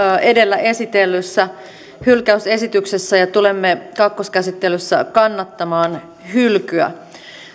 edellä esitellyssä hylkäysesityksessä ja tulemme kakkoskäsittelyssä kannattamaan hylkyä